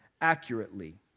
accurately